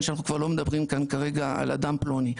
שאנחנו כבר לא מדברים כרגע על אדם פלוני,